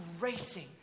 racing